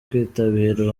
kwitabira